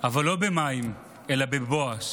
אבל לא במים אלא בבואש.